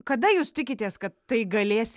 kada jūs tikitės kad tai galės